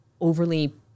overly